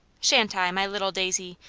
sha'n't i, my little. daisy,